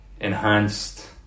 enhanced